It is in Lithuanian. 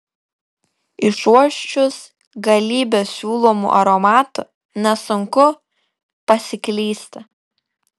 išuosčius galybę siūlomų aromatų nesunku pasiklysti